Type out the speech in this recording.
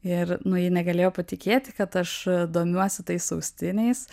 ir nu ji negalėjo patikėti kad aš domiuosi tais austiniais